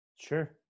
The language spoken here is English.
Sure